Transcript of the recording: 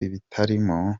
ibitaramo